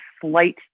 slight